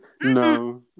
No